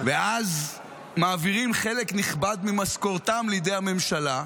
ואז מעבירים חלק נכבד ממשכורתם לידי הממשלה,